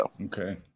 Okay